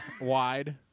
wide